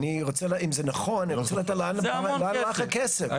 אם זה נכון, אני רוצה לדעת לאן הלך הכסף.